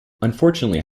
unfortunately